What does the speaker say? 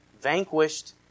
vanquished